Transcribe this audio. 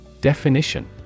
Definition